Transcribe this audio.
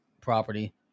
property